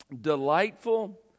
delightful